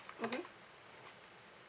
mmhmm